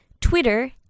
Twitter